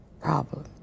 problem